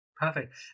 Perfect